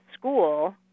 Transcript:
school